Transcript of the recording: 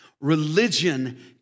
Religion